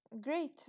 Great